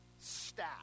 stat